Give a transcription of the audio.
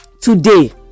Today